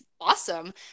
awesome